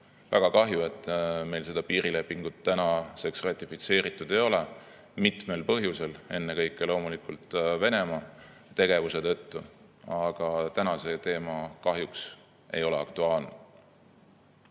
Väga kahju, et meil seda piirilepingut tänaseks ratifitseeritud ei ole, mitmel põhjusel, ennekõike loomulikult Venemaa tegevuse tõttu. Aga täna see teema kahjuks ei ole aktuaalne.